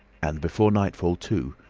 and before nightfall, too,